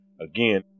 again